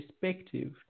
perspective